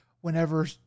whenever